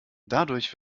dadurch